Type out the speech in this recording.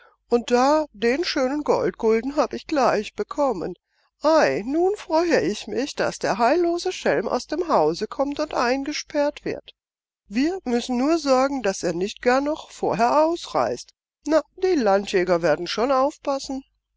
und da den schönen goldgulden hab ich gleich bekommen ei nun freue ich mich daß der heillose schelm aus dem hause kommt und eingesperrt wird wir müssen nur sorgen daß er nicht gar noch vorher ausreißt na die landjäger werden schon aufpassen